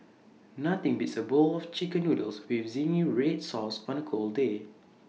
nothing beats A bowl of Chicken Noodles with Zingy Red Sauce on A cold day